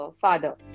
father